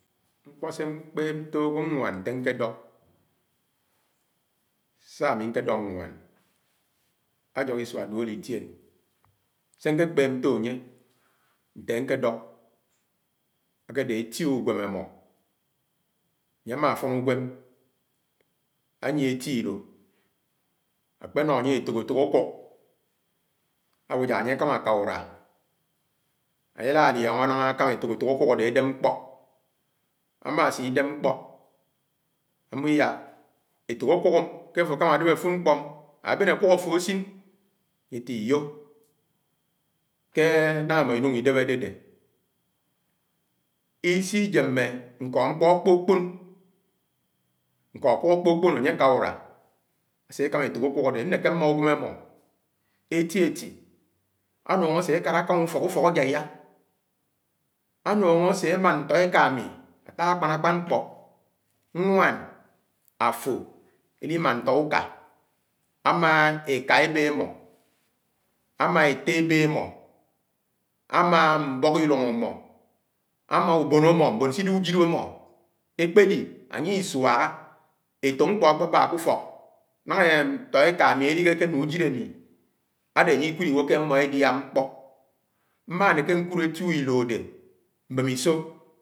Ñkpọ señkpéb nto àgwõnwán nte ñkéndo; saá ámi ñkè ndọ ñwán ajọhọ isuá duòlòitiòñ. Sé nké kpéb ñtó ànye nté aké ndọ akèdé eti uñwém amọ ánye àmá àfón uñwén, ányie etidó akpenọ ánye afofok akúk áwo ná akámá aka ùrúa ánye àlá lióngo ñanga àkámá efok efok àkúk adé edép ñkpọ àmá asidép ñklọ amó iyá etók àkúk nì kè àfó asin ãnye ate íyo ké ñangà imo ìnúng idép àdédé. Isìjèmé ñkọ ñkpọ àkpókpón ñkọ akùk akpókpón ãnye àká uruà, ásekàma efók akùk adé ñèké mmá uñwém àmọ éti-éti ànúng áse akàlá àkàmá àfõk ufọk àjàyà anúngó asé amá ntọ ekà àmi, ata àkpánakpàñ nkpọ ñwàn afo àlimà ñtọ uká àmà eka èbé amó, amá ette ebe amọ, ama ñbọhọ ìlúng amo, àmá ùbón amọ. Mbon sìdé ùjid amọ ekpéli anye isuáhá, èfók ñkpọ àkpébá ké ùfọk nángá ntọ eka ami eléhéke ne ùjileke adé ánye ikúd iwó ké amó ediá ñkpọ mma neke ñkúd èti-ilo adé m̃bèmisó.